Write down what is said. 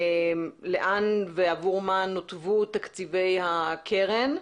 לאן ועבור מה נותבו תקציבי הקרן,